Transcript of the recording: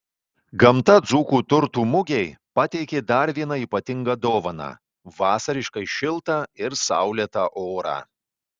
gamta dzūkų turtų mugei pateikė dar vieną ypatingą dovaną vasariškai šiltą ir saulėtą orą